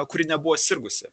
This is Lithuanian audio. kuri nebuvo sirgusi